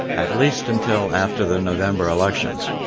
at least until after the november elections.